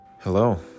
Hello